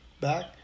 back